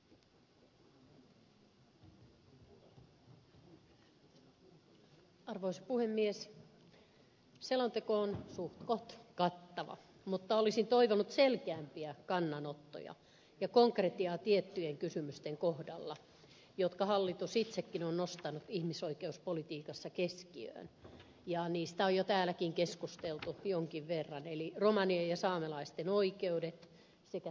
selonteko on suhtkoht kattava mutta olisin toivonut selkeämpiä kannanottoja ja konkretiaa tiettyjen kysymysten kohdalla jotka hallitus itsekin on nostanut ihmisoikeuspolitiikassa keskiöön ja niistä on jo täälläkin keskusteltu jonkin verran eli romanien ja saamelaisten oikeudet sekä syrjinnänvastainen toiminta